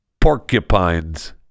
porcupines